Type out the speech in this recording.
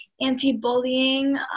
anti-bullying